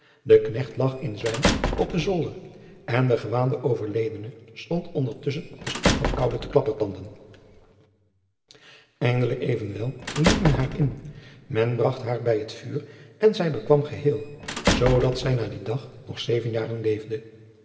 de knecht lag in zwijm op den zolder en de gewaande overledene stond ondertusschen op de stoep van koude te klappertanden indelijk evenwel liet men haar in en bragt haar bij het vuur en zij bekwam geheel zoodat zij na dien dag nog zeven jaren leefde